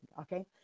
okay